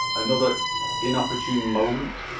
another inopportune moment